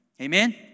Amen